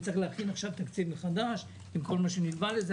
וצריך להכין עכשיו תקציב מחדש עם כל מה שנלווה לזה.